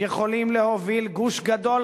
יכולים להוביל גוש גדול,